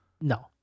no